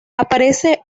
aparece